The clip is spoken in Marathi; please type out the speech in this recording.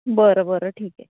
बरं बरं ठीक आहे